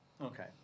Okay